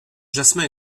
jasmin